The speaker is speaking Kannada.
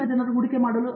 ಪ್ರತಾಪ್ ಹರಿಡೋಸ್ ಸರಿ